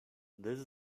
this